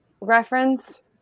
reference